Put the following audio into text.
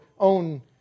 own